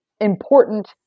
important